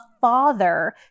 father